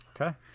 okay